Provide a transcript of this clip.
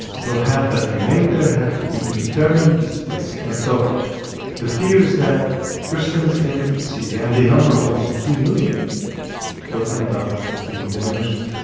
the half that remained there had to be internally displaced. and so the fear is that christians in syria and they number almost two million will end up being diminished,